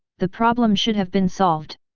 the problem should have been solved.